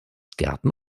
gärten